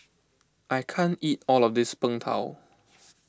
I can't eat all of this Png Tao